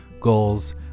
goals